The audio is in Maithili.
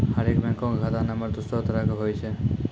हरेक बैंको के खाता नम्बर दोसरो तरह के होय छै